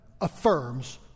affirms